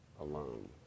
alone